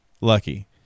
lucky